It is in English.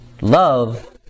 Love